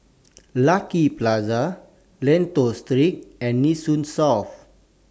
Lucky Plaza Lentor Street and Nee Soon South